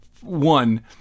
one